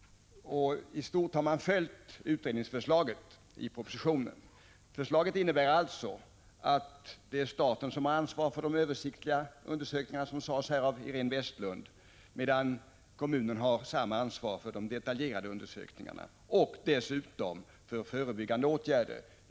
I stort sett har propositionen följt utredningsförslaget. Förslaget innebär alltså att det är staten som har ansvaret för de översiktliga undersökningarna, som Iréne Vestlund sade, medan kommunerna har motsvarande ansvar för de detaljerade undersökningarna och dessutom för förebyggande åtgärder.